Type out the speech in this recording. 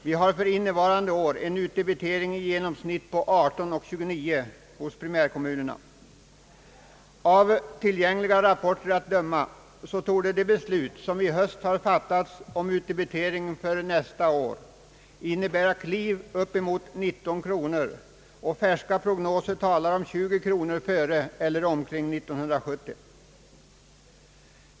För i år uppgår primärkommunernas utdebitering till i genomsnitt 18:29, och av tillgängliga rapporter att döma torde de beslut som i höst har fattats om utdebitering för nästa år innebära kliv upp emot 19 kronor. Färska prognoser talar om 20 kronor före eller omkring 1970.